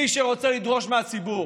מי שרוצה לדרוש מהציבור,